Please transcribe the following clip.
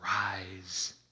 rise